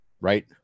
right